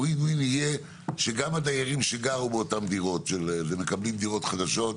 ה-win win יהיה שגם הדיירים שגרו באותן דירות ומקבלים דירות חדשות,